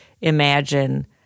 imagine